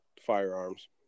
firearms